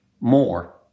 more